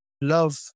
Love